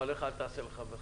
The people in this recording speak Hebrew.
תעשה לחברך.